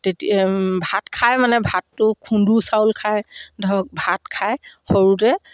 তেতিয়া ভাত খাই মানে ভাতটো খুন্দো চাউল খাই ধৰক ভাত খাই সৰুতে